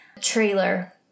trailer